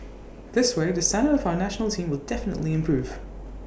this way the standard of our National Team will definitely improve